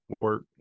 work